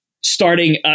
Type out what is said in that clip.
starting